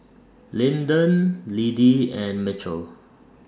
Linden Liddie and Mitchel